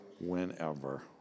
whenever